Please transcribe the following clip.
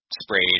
sprayed